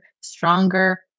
stronger